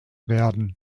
werden